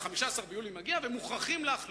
ו-15 ביולי מגיע ומוכרחים להחליט.